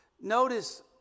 Notice